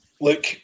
look